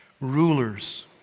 rulers